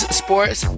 sports